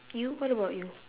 you what about you